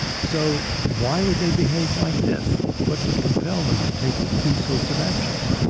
so why would they behave like this, what would compel them to take these sorts of actions?